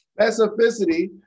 specificity